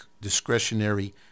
discretionary